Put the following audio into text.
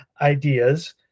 ideas